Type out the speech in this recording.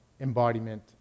embodiment